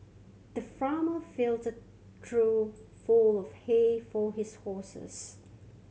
the farmer filled the trough full of hay for his horses